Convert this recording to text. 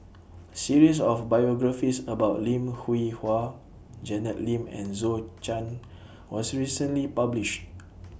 series of biographies about Lim Hwee Hua Janet Lim and Zhou Chan was recently published